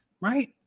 Right